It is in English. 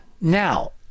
Now